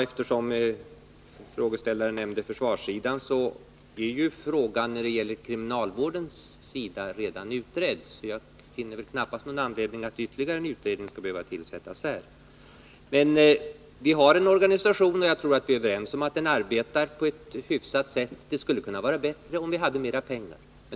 Eftersom frågeställaren nämnde försvarssidan, vill jag också säga att frågan när det gäller kriminalvården redan är utredd, så jag finner knappast att det föreligger någon anledning till att ytterligare en utredning skall behöva tillsättas för detta. Vi har en organisation som arbetar med de här frågorna, och jag tror att vi är överens om att den arbetar på ett hyfsat sätt. Men givetvis skulle det kunna vara bättre om vi hade mera pengar.